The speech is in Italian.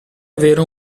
avere